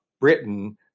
Britain